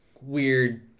weird